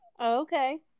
Okay